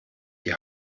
die